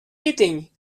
eating